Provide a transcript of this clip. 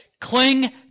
Cling